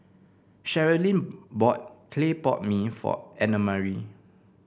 Sherilyn bought Clay Pot Mee for Annamarie